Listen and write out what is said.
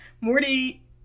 Morty